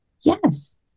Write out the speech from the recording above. Yes